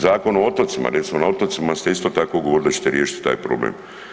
Zakon o otocima, recimo, na otocima ste isto tako govorili da ćete riješiti taj problem.